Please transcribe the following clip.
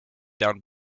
down